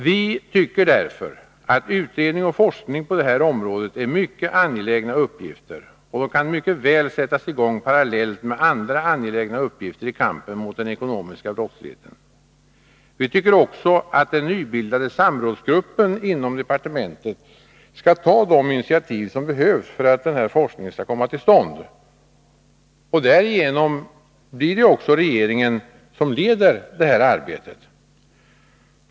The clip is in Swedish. Vi tycker därför att utredning och forskning på det här området är mycket angelägna uppgifter, och de kan mycket väl sättas i gång parallellt med andra angelägna uppgifter i kampen mot den ekonomiska Nr 147 brottsligheten. Vi tycker också att den nybildade samrådsgruppen inom departementet skall ta de initiativ som behövs för att den här forskningen skall komma till stånd. Därigenom blir det också regeringen som leder arbetet.